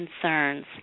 concerns